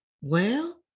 Well-